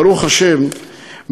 ברוך השם,